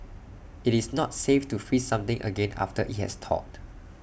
IT is not safe to freeze something again after IT has thawed